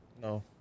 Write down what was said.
No